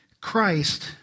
Christ